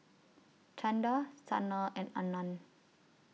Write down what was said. Chanda Sanal and Anand